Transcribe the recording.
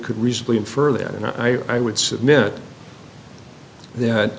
could reasonably infer that and i i would submit that